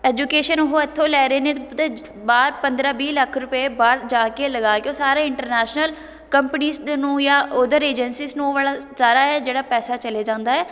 education ਉਹ ਇੱਥੋਂ ਲੈ ਰਹੇ ਨੇ ਅਤੇ ਬਾਹਰ ਪੰਦਰਾਂ ਵੀਹ ਲੱਖ ਰੁਪਏ ਬਾਹਰ ਜਾ ਕੇ ਲਗਾ ਕੇ ਉਹ ਸਾਰੇ ਇੰਟਰਨੈਸ਼ਨਲ ਕੰਪਨੀਜ਼ ਨੂੰ ਜਾਂ ਉੱਧਰ ਏਜੰਸੀਸ ਨੂੰ ਉਹ ਵਾਲਾ ਸਾਰਾ ਹੈ ਜਿਹੜਾ ਪੈਸਾ ਚਲੇ ਜਾਂਦਾ ਹੈ